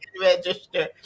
Register